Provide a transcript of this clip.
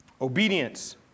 Obedience